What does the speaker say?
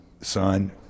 son